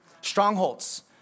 strongholds